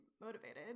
motivated